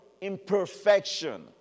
imperfection